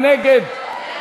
מי נגד?